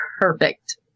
Perfect